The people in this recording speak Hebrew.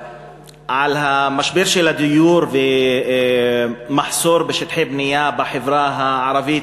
המשבר של הדיור והמחסור בשטחי בנייה בחברה הערבית.